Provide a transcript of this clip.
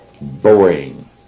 boring